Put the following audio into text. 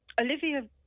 Olivia